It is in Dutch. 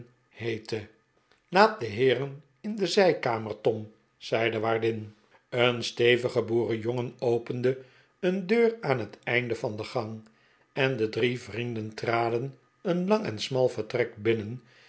laat de heeren in de zijkamer tom zei de waardin een stevige boerenjongen opende een deur aan het einde van de gang en de drie vrienden traden een lang en smal vertrek binnen